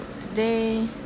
today